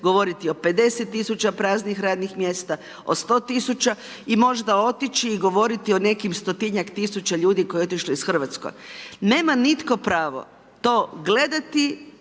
govoriti o 50 000 praznih radnih mjesta, o 100 000 i možda otići i govoriti o nekim stotinjak tisuća ljudi koje je otišlo iz Hrvatske. Nema nitko pravo to gledati,